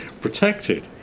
protected